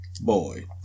boy